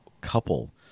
couple